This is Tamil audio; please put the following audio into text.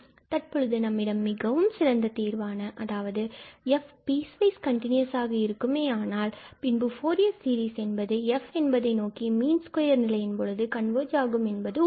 எனவே தற்போது நம்மிடம் மிகவும் சிறந்த தீர்வான அதாவது f பீஸ் வைஸ் கண்டினுஸாக இருக்குமேயானால் பின்பு ஃபூரியர் சீரிஸ் என்பது f என்பதை நோக்கி மீன் ஸ்கொயர் நிலையின் பொழுது கன்வர்ஜ் ஆகும் என்பது உள்ளது